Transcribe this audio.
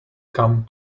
come